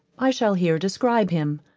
i shall here describe him.